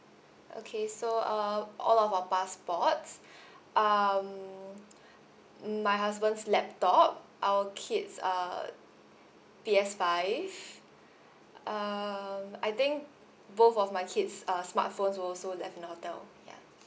okay so uh all of our passports um my husband's laptop our kids uh P_S five um I think both of my kids uh smart phones were also left in the hotel ya